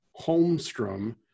Holmstrom